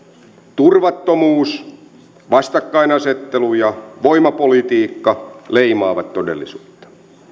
turvattomuus vastakkainasettelu ja voimapolitiikka leimaavat todellisuutta